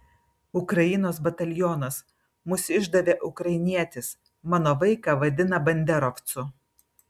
ukrainos batalionas mus išdavė ukrainietis mano vaiką vadina banderovcu